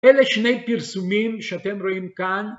אלה שני פרסומים שאתם רואים כאן.